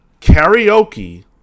karaoke